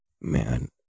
Man